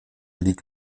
liegen